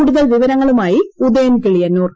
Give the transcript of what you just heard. കൂടുതൽ വിവരങ്ങളുമായി ഉദയൻ കിളിയന്നൂർ